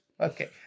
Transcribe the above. Okay